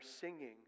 singing